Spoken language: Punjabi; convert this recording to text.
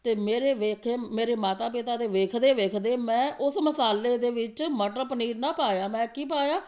ਅਤੇ ਮੇਰੇ ਵੇਖੇ ਮੇਰੇ ਮਾਤਾ ਪਿਤਾ ਅਤੇ ਵੇਖਦੇ ਵੇਖਦੇ ਮੈਂ ਉਸ ਮਸਾਲੇ ਦੇ ਵਿੱਚ ਮਟਰ ਪਨੀਰ ਨਾ ਪਾਇਆ ਮੈਂ ਕੀ ਪਾਇਆ